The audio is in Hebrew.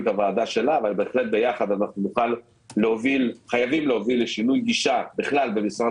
ובאחריות הוועדה שלה וביחד חייבים להוביל לשינוי גישה בכלל במשרד